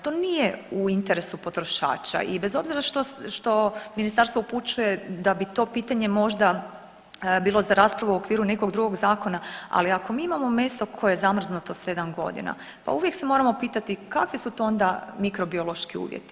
To nije u interesu potrošača i bez obzira što Ministarstvo upućuje da bi to pitanje možda bilo za raspravu u okviru nekog drugog zakona, ali ako mi imamo meso koje je zamrznuto 7 godina pa uvijek se moramo pitati kakvi su to onda mikrobiološki uvjeti.